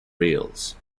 rails